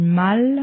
mal